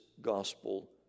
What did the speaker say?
gospel